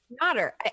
matter